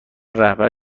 رهبر